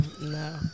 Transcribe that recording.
No